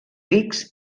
rics